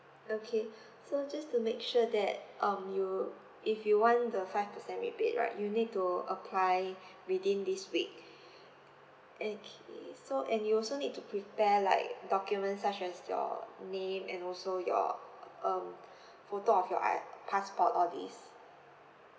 okay so just to make sure that um you if you want the five percent rebate right you need to apply within this week okay so and you also need to prepare like documents such as your name and also your um photo of your i~ passport all this